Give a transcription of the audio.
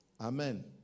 Amen